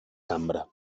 cambra